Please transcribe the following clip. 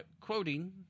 quoting